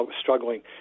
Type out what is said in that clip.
struggling